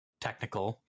technical